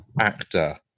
actor